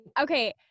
Okay